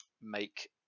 make